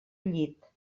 llit